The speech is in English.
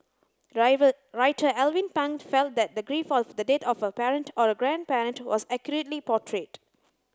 writer Alvin Pang felt that the grief of the death of a parent or a grandparent was accurately portrayed